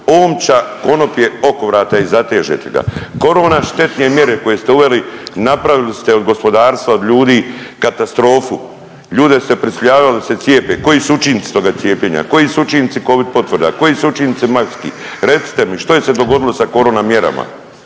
omča, konop je oko vrata i zatežete ga. Korona štetne mjere koje ste uveli napravili ste od gospodarstva i od ljudi katastrofu, ljude ste prisiljavali da se cijepe, koji su učinci toga cijepljenja, koji su učinci covid potvrda, koji su učinci …/Govornik se ne razumije/…recite mi, što je se dogodilo sa korona mjerama,